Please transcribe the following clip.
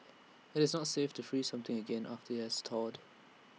IT is not safe to freeze something again after IT has thawed